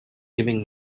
giving